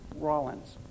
Rawlins